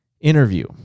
interview